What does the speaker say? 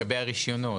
לגבי הרישיונות.